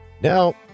Now